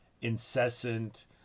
incessant